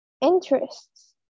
Interests